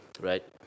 Right